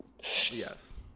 Yes